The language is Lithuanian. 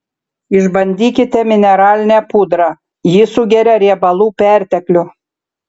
išbandykite mineralinę pudrą ji sugeria riebalų perteklių